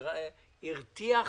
זה הרתיח.